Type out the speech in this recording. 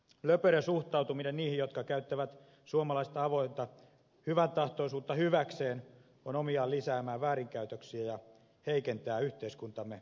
löperö suhtautuminen niihin jotka käyttävät suomalaisten avointa hyväntahtoisuutta hyväkseen on omiaan lisäämään väärinkäytöksiä ja heikentää yhteiskuntamme arvostusta